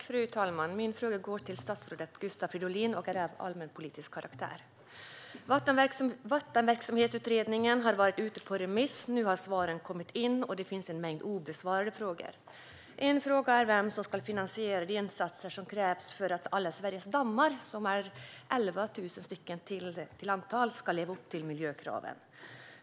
Fru talman! Min fråga går till statsrådet Gustav Fridolin och är av allmänpolitisk karaktär. Vattenverksamhetsutredningen har varit ute på remiss. Nu har svaren kommit in, och det finns en mängd obesvarade frågor. En fråga är vem som ska finansiera de insatser som krävs för att alla Sveriges dammar, som är 11 000 till antalet, ska leva upp till miljökraven.